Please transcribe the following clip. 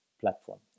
platform